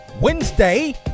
Wednesday